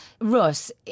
Russ